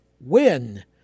win